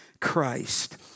Christ